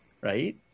right